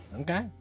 Okay